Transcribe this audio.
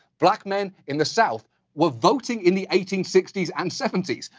black men in the south were voting in the eighteen sixty s and seventy s.